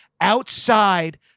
outside